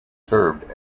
served